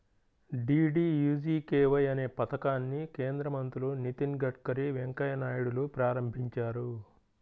DDUGKY అనే పథకాన్ని కేంద్ర మంత్రులు నితిన్ గడ్కరీ, వెంకయ్య నాయుడులు ప్రారంభించారు